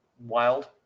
wild